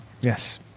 Yes